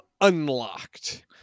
unlocked